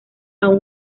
aún